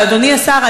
אדוני השר,